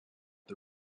the